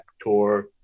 tour